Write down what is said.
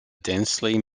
densely